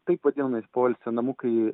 taip vadinami poilsio namukai